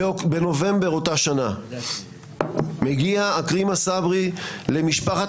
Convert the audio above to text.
בנובמבר אותה שנה מגיע עכרמה סברי למשפחת